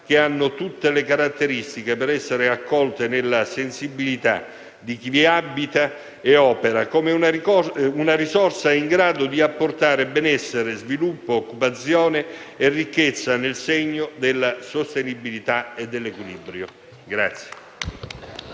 che hanno tutte le caratteristiche per essere accolte nella sensibilità di chi vi abita e opera come una risorsa in grado di apportare benessere, sviluppo, occupazione e ricchezza nel segno della sostenibilità e dell'equilibrio.